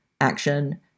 action